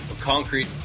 concrete